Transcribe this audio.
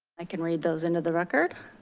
i can read those into the record.